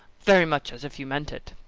very much as if you meant it.